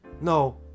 No